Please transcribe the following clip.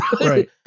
Right